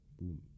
boom